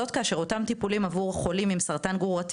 זאת כאשר אותם טיפולים עם סרטן גרורתי